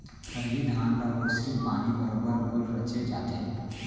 खरही धान ल ओसरी पानी बरोबर गोल रचे जाथे